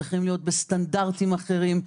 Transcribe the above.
צריכים להיות בסטנדרטים אחרים,